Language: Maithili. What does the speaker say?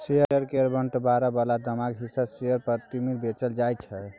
शेयर केर बंटवारा बला दामक हिसाब सँ शेयर प्रीमियम बेचल जाय छै